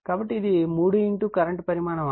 కాబట్టి ఇది 3 కరెంట్ పరిమాణం 6